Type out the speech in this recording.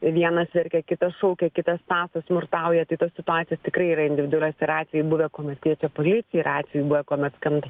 vienas verkia kitas šaukia kitas tąso smurtauja tai tos situacijos tikrai yra individualios yra atvejų buvę kuomet kviečia policiją yra atvejų buvę kuomet skam